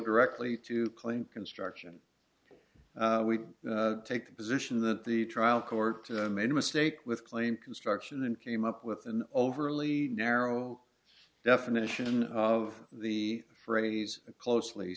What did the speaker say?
directly to claim construction we take the position that the trial court made a mistake with claim construction and came up with an overly narrow definition of the phrase closely